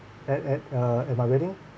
at at uh at my wedding